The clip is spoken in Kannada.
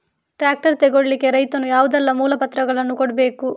ಟ್ರ್ಯಾಕ್ಟರ್ ತೆಗೊಳ್ಳಿಕೆ ರೈತನು ಯಾವುದೆಲ್ಲ ಮೂಲಪತ್ರಗಳನ್ನು ಕೊಡ್ಬೇಕು?